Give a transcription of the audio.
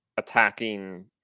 attacking